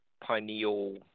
pineal